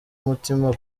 umutima